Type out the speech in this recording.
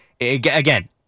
Again